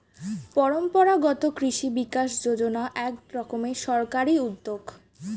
পরম্পরাগত কৃষি বিকাশ যোজনা এক রকমের সরকারি উদ্যোগ